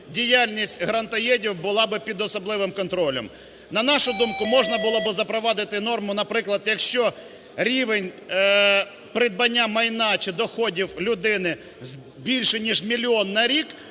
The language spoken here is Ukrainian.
діяльність "грантоєдів" була би під особливим контролем. На нашу думку, можна було би запровадити норму, наприклад, що якщо рівень придбання майна чи доходів людини більше, ніж мільйон на рік,